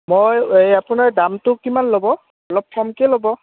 মই এই আপোনাৰ দামটো কিমান ল'ব অলপ ক'মকৈ ল'ব